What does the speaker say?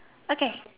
okay